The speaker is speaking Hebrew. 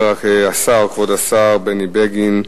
כבוד השר בני בגין,